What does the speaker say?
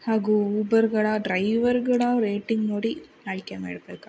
ಹಾಗೂ ಊಬರ್ಗಳ ಡ್ರೈವರ್ಗಳ ರೇಟಿಂಗ್ ನೋಡಿ ಆಯ್ಕೆ ಮಾಡಬೇಕಾಗತ್ತೆ